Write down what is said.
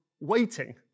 waiting